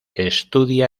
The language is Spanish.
estudia